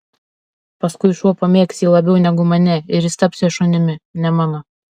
paskui šuo pamėgs jį labiau negu mane ir jis taps jo šunimi ne mano